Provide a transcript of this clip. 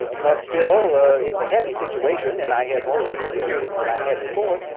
but still it's a happy situation and i have more range for freedom than i had before,